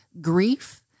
grief